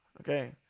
okay